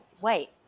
wait